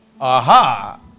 Aha